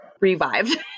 revived